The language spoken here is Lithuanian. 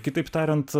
kitaip tariant